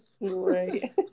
Right